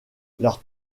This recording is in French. leurs